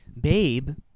Babe